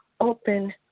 open